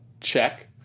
Check